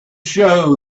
show